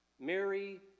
Mary